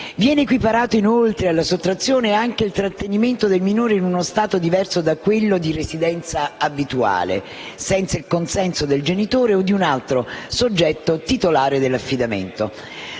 Viene equiparato, inoltre, alla sottrazione anche il trattenimento del minore in uno Stato diverso da quello di residenza abituale, senza il consenso del genitore o di un altro soggetto titolare dell'affidamento.